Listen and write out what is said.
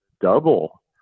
double